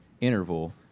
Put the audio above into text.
interval